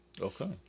Okay